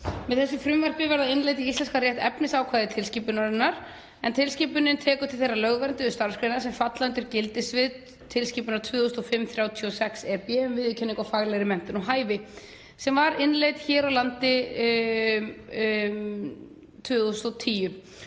Með þessu frumvarpi verða innleidd í íslenskan rétt efnisákvæði tilskipunarinnar en tilskipunin tekur til þeirra lögvernduðu starfsgreina sem falla undir gildissvið tilskipunar 2005/36/EB, um viðurkenningu á faglegri menntun og hæfi, sem var innleidd hér á landi með